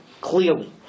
clearly